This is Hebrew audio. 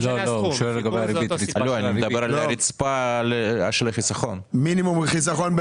אני מדבר על מינימום לחיסכון.